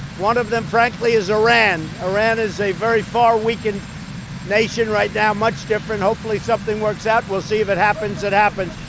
one of them, frankly, is iran. iran is a very far weakened nation right now, much different. hopefully, something works out. we'll see. if it happens, it happens.